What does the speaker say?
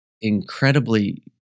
incredibly